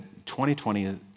2020